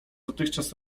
dotychczas